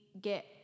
get